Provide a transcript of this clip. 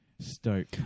Stoke